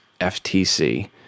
FTC